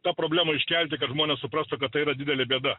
tą problemą iškelti kad žmonės suprastų kad tai yra didelė bėda